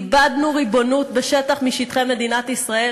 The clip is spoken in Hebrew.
איבדנו ריבונות בשטח משטחי מדינת ישראל,